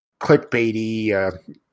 clickbaity